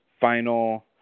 final